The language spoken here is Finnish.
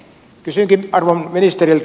kysynkin arvon ministeriltä